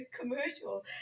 commercial